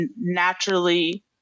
naturally